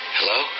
Hello